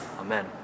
amen